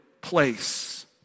place